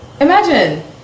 imagine